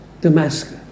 Damascus